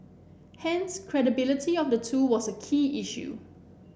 hence credibility of the two was a key issue